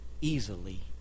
easily